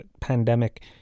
pandemic